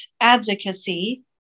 advocacy